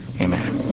Amen